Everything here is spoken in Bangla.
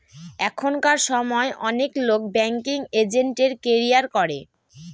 এখনকার সময় অনেক লোক ব্যাঙ্কিং এজেন্টের ক্যারিয়ার করে